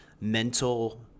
mental